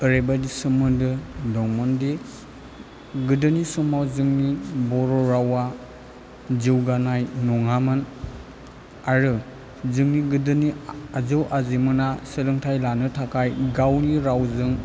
ओरैबायदि सोमोन्दो दंमोनदि गोदोनि समाव जोंनि बर' रावा जौगानाय नङामोन आरो जोंनि गोदोनि आजौ आजै मोना सोलोंथाइ लानो थाखाय गावनि रावजों